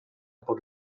por